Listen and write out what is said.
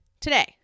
today